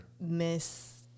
miss